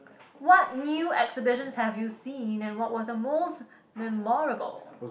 what new exhibitions have you seen and what was the most memorable